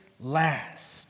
last